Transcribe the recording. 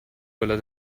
quella